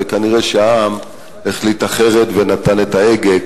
וכנראה העם החליט אחרת ונתן את ההגה,